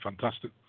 fantastic